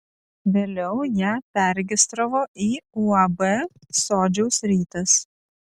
vėliau ją perregistravo į uab sodžiaus rytas